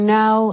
now